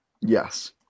Yes